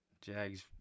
Jags